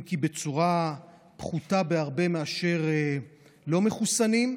אם כי בצורה פחותה בהרבה מאשר לא מחוסנים,